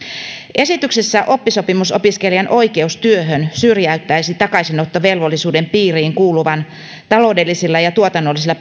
esityksessä oppisopimusopiskelijan oikeus työhön syrjäyttäisi takaisinottovelvollisuuden piiriin kuuluvan taloudellisilla ja tuotannollisilla